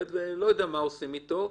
אני לא יודע מה עושים איתו,